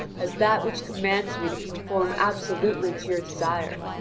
as that which commands me to conform absolutely to your desire.